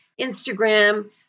instagram